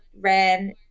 ran